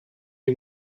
est